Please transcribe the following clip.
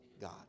God